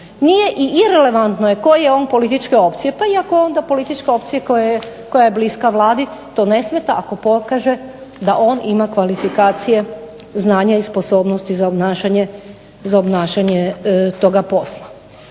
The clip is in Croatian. posao i irelevantno je koje je on političke opcije, pa iako je onda političke opcija koja je bliska Vladi to ne smeta ako pokaže da on ima kvalifikacije, znanja i sposobnosti za obnašanje toga posla.